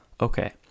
Okay